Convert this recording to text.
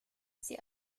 sie